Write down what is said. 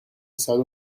صدو